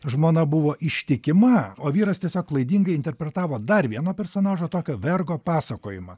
žmona buvo ištikima o vyras tiesiog klaidingai interpretavo dar vieno personažo tokio vergo pasakojimą